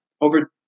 over